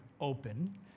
open